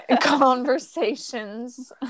conversations